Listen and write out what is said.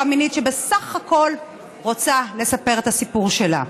מינית שבסך הכול רוצה לספר את הסיפור שלה.